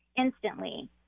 instantly